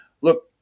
look